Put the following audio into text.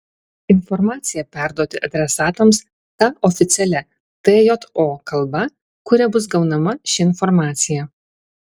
informaciją perduoti adresatams ta oficialia tjo kalba kuria bus gaunama ši informacija